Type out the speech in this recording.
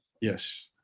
Yes